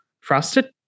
Frosted